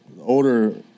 older